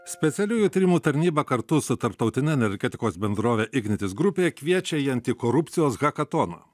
specialiųjų tyrimų tarnyba kartu su tarptautine energetikos bendrove ignitis grupė kviečia į antikorupcijos hakatoną